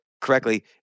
correctly